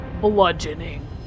Bludgeoning